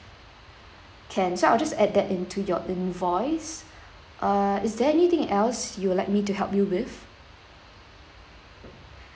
can so I'll just add that into your invoice uh is there anything else you would like me to help you with